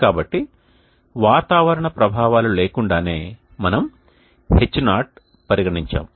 కాబట్టి వాతావరణ ప్రభావాలు లేకుండానే మనము H0 పరిగణించాము